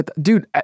Dude